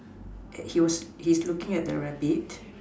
he's looking at the rabbit